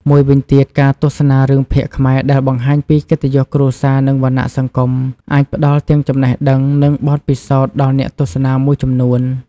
មួយវិញទៀត ការទស្សនារឿងភាគខ្មែរដែលបង្ហាញពី កិត្តិយសគ្រួសារ និង វណ្ណៈសង្គម អាចផ្ដល់ទាំងចំណេះដឹង និងបទពិសោធដល់អ្នកទស្សនាមួយចំនួន។